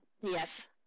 Yes